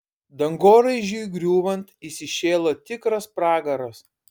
dangoraižiui griūvant įsišėlo tikras pragaras